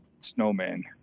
snowman